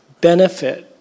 benefit